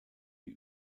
die